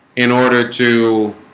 in order to